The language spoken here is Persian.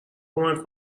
کمک